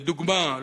לדוגמה,